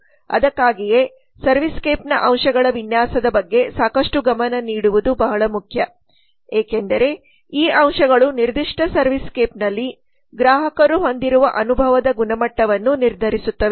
ಅದಕ್ಕಾಗಿಯೇ servicescape ನ ಅಂಶಗಳ ವಿನ್ಯಾಸದ ಬಗ್ಗೆ ಸಾಕಷ್ಟು ಗಮನ ನೀಡುವುದು ಬಹಳ ಮುಖ್ಯ ಏಕೆಂದರೆ ಈ ಅಂಶಗಳು ನಿರ್ದಿಷ್ಟ ಸರ್ವಿಸ್ ಸ್ಕೇಪ್ ನಲ್ಲಿ ಗ್ರಾಹಕರು ಹೊಂದಿರುವ ಅನುಭವದ ಗುಣಮಟ್ಟವನ್ನು ನಿರ್ಧರಿಸುತ್ತವೆ